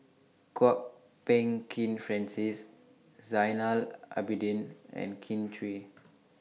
Kwok Peng Kin Francis Zainal Abidin and Kin Chui